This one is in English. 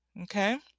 Okay